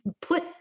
put